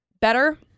better